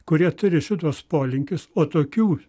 kurie turi šituos polinkius o tokių